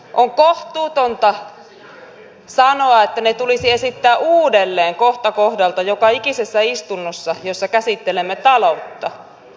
on kohtuutonta sanoa että ne tulisi esittää uudelleen kohta kohdalta joka ikisessä istunnossa jossa käsittelemme taloutta